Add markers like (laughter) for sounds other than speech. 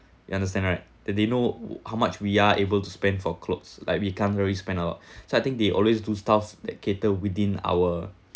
you understand right that they know how much we are able to spend for clothes like we can't really spend (breath) so I think they always do stuff that cater within our